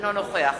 אינו נוכח